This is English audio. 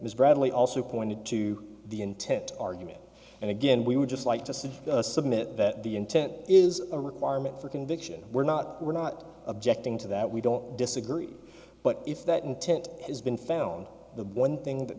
ms bradley also pointed to the intent argument and again we would just like to submit that the intent is a requirement for conviction we're not we're not objecting to that we don't disagree but if that intent has been found the one thing that